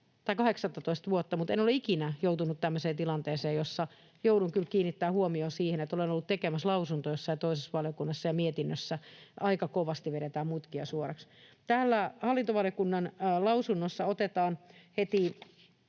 vuotta, mutta en ole ikinä joutunut tämmöiseen tilanteeseen, jossa joudun kiinnittämään huomiota siihen, että olen ollut tekemässä lausuntoa jossain toisessa valiokunnassa ja mietinnössä aika kovasti vedetään mutkia suoraksi. Täällä hallintovaliokunnan mietinnössä otetaan heti